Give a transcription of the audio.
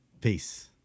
Peace